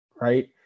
right